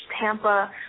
Tampa